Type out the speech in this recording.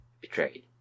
betrayed